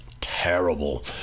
Terrible